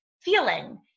feeling